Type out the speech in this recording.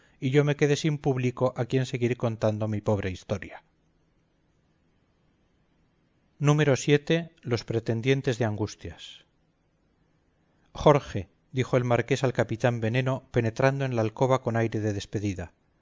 y yo me quede sin público a quien seguir contando mi pobre historia vii los pretendientes de angustias jorge dijo el marqués al capitán veneno penetrando en la alcoba con aire de despedida